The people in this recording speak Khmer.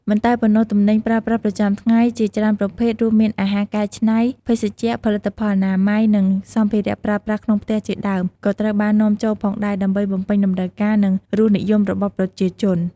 មិនតែប៉ុណ្ណោះ ទំនិញប្រើប្រាស់ប្រចាំថ្ងៃ ជាច្រើនប្រភេទ រួមមានអាហារកែច្នៃ ភេសជ្ជៈ ផលិតផលអនាម័យ និងសម្ភារៈប្រើប្រាស់ក្នុងផ្ទះជាដើម ក៏ត្រូវបាននាំចូលផងដែរ ដើម្បីបំពេញតម្រូវការ និងរសនិយមរបស់ប្រជាជន។